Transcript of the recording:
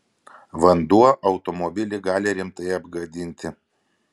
vanduo automobilį gali rimtai apgadinti